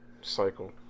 Cycle